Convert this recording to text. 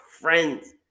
friends